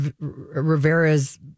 Rivera's